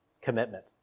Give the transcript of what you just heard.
Commitment